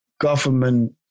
government